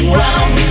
round